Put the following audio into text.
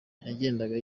yagendaga